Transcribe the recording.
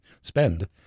spend